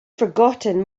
forgotten